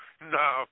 No